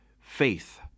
faith